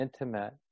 intimate